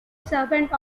servant